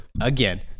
Again